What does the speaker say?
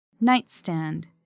Nightstand